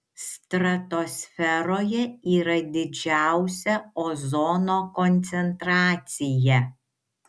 stratosferoje yra didžiausia ozono koncentracija